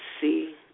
see